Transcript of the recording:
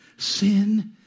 Sin